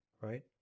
Right